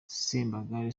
sembagare